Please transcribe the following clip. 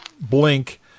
Blink